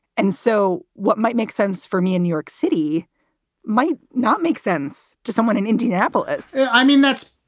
and so what might make sense for me in new york city might not make sense to someone in indianapolis i mean, that's.